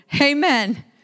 Amen